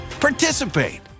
Participate